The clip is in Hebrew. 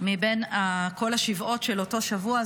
מבין כל השבעות של אותו שבוע,